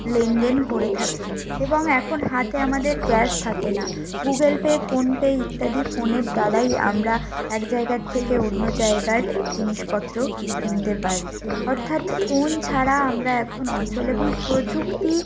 লেনদেন করে থাকি এবং এখন হাতে আমাদের ক্যাশ থাকে না গুগল পে ফোন পে ইত্যাদি ফোনের দ্বারাই আমরা এক জায়গার থেকে অন্য জায়গার জিনিসপত্র কিনতে পারি অর্থাৎ ফোন ছাড়া আমরা এখন অচল এবং প্রযুক্তি